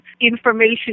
information